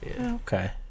Okay